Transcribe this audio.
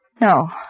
No